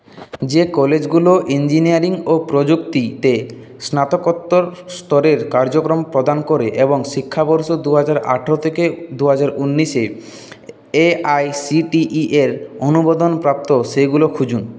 যে কলেজগুলো ইঞ্জিনিয়ারিং ও প্রযুক্তি তে স্নাতকোত্তর স্তরের কার্যক্রম প্রদান করে এবং শিক্ষাবর্ষ দু হাজার আঠারো থেকে দু হাজার ঊনিশে এআইসিটিই এর অনুমোদনপ্রাপ্ত সেগুলো খুঁজুন